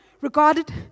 regarded